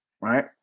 right